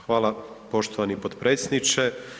Hvala poštovani potpredsjedniče.